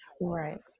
right